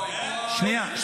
לא, לא, סליחה.